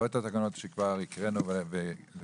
לא את התקנות שכבר הקראנו והחלטנו,